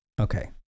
Okay